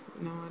No